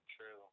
True